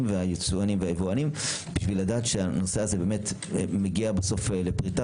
והיבואנים והיצואנים בשביל לדעת שהנושא הזה מגיע לפריטה